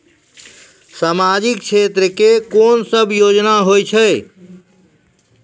समाजिक क्षेत्र के कोन सब योजना होय छै?